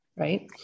right